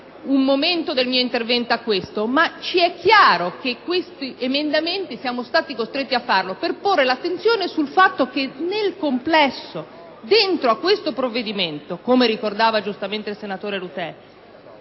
un momento del mio intervento, ma ci è chiaro, che questi emendamenti siamo stati costretti a presentarli per porre l'attenzione sul fatto che all'interno di questo provvedimento - come ricordava giustamente il senatore Rutelli